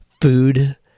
food